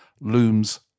looms